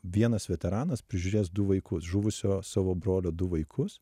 vienas veteranas prižiūrės du vaikus žuvusio savo brolio du vaikus